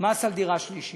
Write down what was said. מס על דירה שלישית.